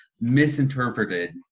misinterpreted